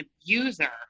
abuser